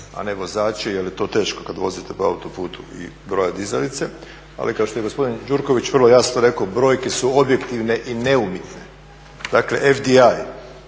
a ne vozači jer je to teško kada vozite po autoputu i brojat dizalice, ali kao što je gospodin Gjurković vrlo jasno rekao, brojke su objektivne i …. Dakle, FDI